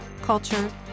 culture